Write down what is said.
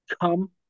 come